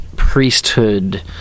priesthood